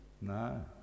No